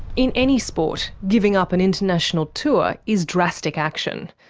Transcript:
in any sport, giving up an international tour is drastic action.